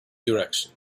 direction